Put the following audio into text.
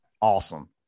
Awesome